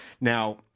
now